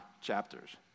chapters